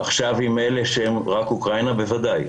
עכשיו עם אלה שהם רק אוקראינה, בוודאי.